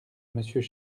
monsieur